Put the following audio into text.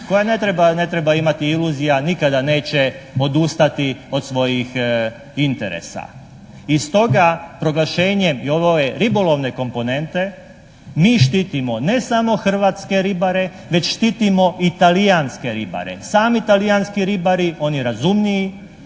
koja ne treba imati iluzija, nikada neće odustati od svojih interesa. I stoga, proglašenjem i ove ribolovne komponente mi štitimo ne samo hrvatske ribare već štitimo i talijanske ribare. Sami talijanski ribari, oni razumniji,